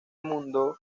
mundo